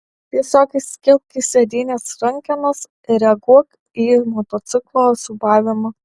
tiesiog įsikibk į sėdynės rankenas ir reaguok į motociklo siūbavimą